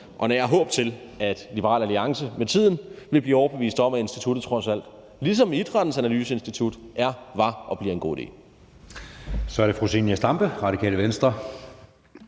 og nærer håb om, at Liberal Alliance med tiden vil blive overbevist om, at instituttet trods alt, ligesom Idrættens Analyseinstitut, er, var og bliver en god idé.